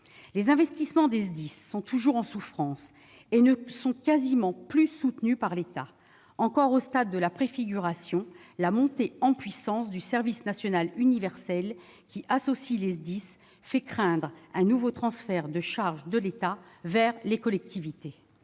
Les investissements des SDIS sont toujours en souffrance et ne sont quasiment plus soutenus par l'État. Encore au stade de la préfiguration, la montée en puissance du service national universel, le SNU, qui associe les SDIS, fait craindre un nouveau transfert de charges de l'État vers les collectivités.